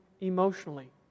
emotionally